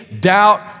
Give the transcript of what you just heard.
doubt